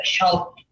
help